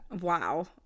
Wow